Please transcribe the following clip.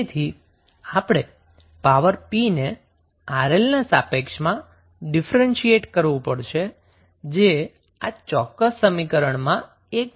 તેથી આપણે પાવર 𝑝 ને 𝑅𝐿 ના સાપેક્ષમાં ડિફરન્શીએટ કરવું પડશે જે આ ચોક્કસ સમીકરણમાં એકમાત્ર વેરીએબલ છે